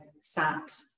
sat